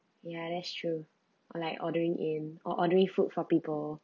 ya that's true or like ordering in or ordering food for people